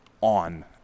on